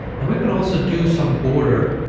and we can also do some border